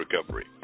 recovery